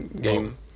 game